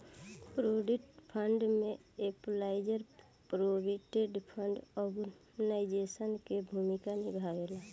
provident fund में employees provident fund organisation के भूमिका निभावेला